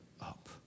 up